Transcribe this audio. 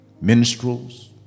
minstrels